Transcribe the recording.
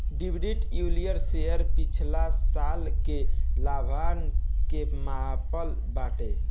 dividend yield share पिछला साल के लाभांश के मापत बाटे